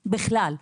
בכלל,